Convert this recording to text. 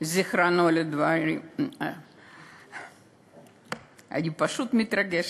זיכרונו לברכה, אני פשוט מתרגשת,